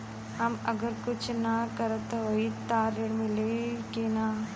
हम अगर कुछ न करत हई त ऋण मिली कि ना?